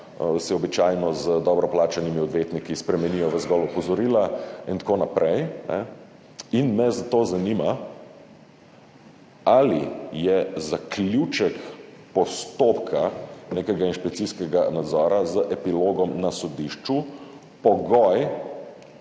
se običajno z dobro plačanimi odvetniki spremenijo v zgolj opozorila in tako naprej. Zato me zanima, ali je zaključek postopka nekega inšpekcijskega nadzora z epilogom na sodišču pogoj,